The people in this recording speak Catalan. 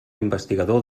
investigador